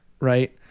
right